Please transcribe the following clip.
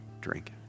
drink